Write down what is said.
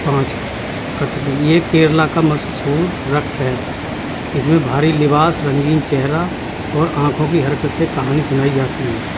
پانچ کتھکلی یہ کیرلا کا مشہور رقص ہے اس میں بھاری لباس رنگین چہرہ اور آنکھوں کی حرکت سے کہانی سنائی جاتی ہے